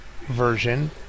version